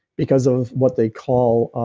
because of what they call